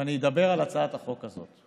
ואני אדבר על הצעת החוק הזאת.